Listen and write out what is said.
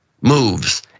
moves